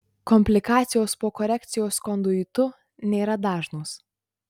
komplikacijos po korekcijos konduitu nėra dažnos